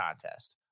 contest